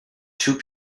two